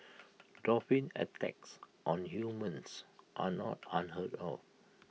dolphin attacks on humans are not unheard of